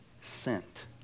sent